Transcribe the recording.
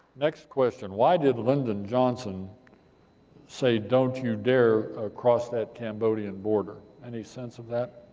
next question why did lyndon johnson say, don't you dare cross that cambodian border? any sense of that?